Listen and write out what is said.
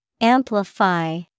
Amplify